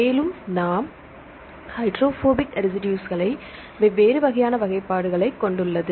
மேலும் நாம் ஹைட்ரொபோபிக் ரெசிடுஸ்களை வெவ்வேறு வகையான வகைப்பாடுகளை கொண்டு உள்ளது